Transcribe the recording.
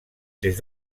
des